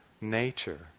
nature